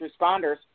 responders